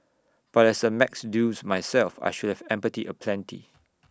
but as A maths dunce myself I should have empathy aplenty